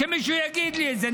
שמישהו יגיד לי את זה.